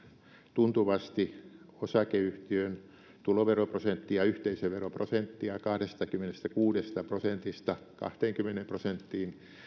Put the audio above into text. tuntuvasti osakeyhtiön tuloveroprosenttia yhteisöveroprosenttia kahdestakymmenestäkuudesta prosentista kahteenkymmeneen prosenttiin